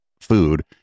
food